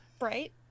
right